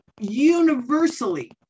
universally